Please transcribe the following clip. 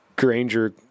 Granger